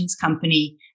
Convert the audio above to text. company